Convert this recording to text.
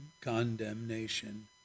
condemnation